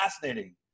fascinating